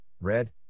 Red